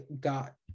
got